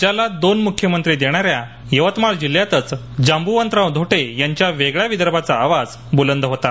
राज्याला दोन मुख्यमंत्री देणाऱ्या या जिल्ह्यातच जांबुवंतराव धोटे यांचा वेगळ्या विदर्भाचा आवाज बुलंद होता